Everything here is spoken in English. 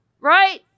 Right